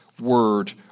word